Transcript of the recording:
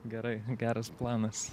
gerai geras planas